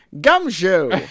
Gumshoe